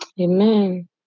Amen